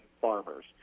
farmers